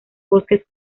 bosques